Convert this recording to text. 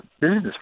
business